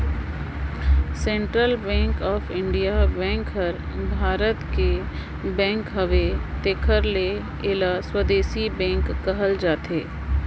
central bank of India bank हर भारत कर bank हवे तेकर ले एला स्वदेसी बेंक कहल जाथे